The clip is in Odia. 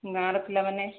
ଗାଁର ପିଲାମାନେ